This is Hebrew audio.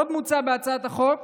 עוד מוצע בהצעת החוק